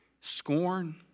scorn